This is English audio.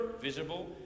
visible